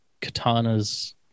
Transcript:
Katana's